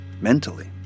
mentally